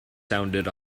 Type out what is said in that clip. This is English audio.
sounded